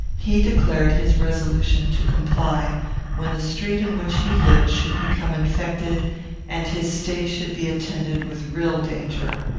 he declared his resolution to comply when the street in which he lived should become infected and his stay should be attended with real danger.